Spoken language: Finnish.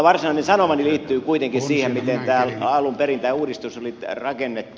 varsinainen sanomani liittyy kuitenkin siihen miten alun perin tämä uudistus oli rakennettu